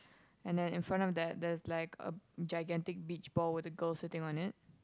and then in front of that there's like a gigantic beach ball with a girl sitting on it